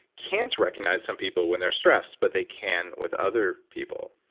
can't recognize some people when they're stressed. but they can with other people.